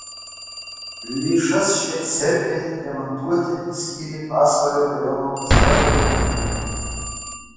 lėšas šiai cerkvei remontuoti skyrė pasvalio rajono savivaldybė